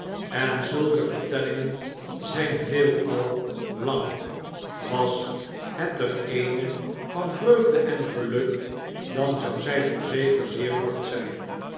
en zulke vertellingen zijn veelal lang was het er eene van vreugde en geluk dan zou zij voorzeker zeer kort zijn